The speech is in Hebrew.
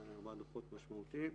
היו ארבעה דוחות משמעותיים.